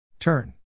turn